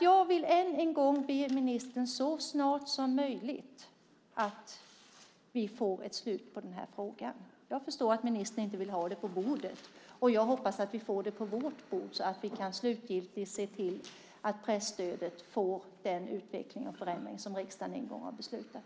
Jag vill än en gång be ministern att vi så snart som möjligt får ett slut på denna fråga. Jag förstår att ministern inte vill ha det på sitt bord. Jag hoppas att vi får det på vårt bord så att vi slutgiltigt kan se till att presstödet får den utveckling och förändring som riksdagen en gång har beslutat.